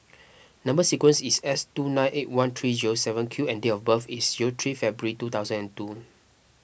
Number Sequence is S two nine eight one three zero seven Q and date of birth is zero three February two thousand and two